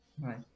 Right